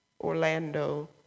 Orlando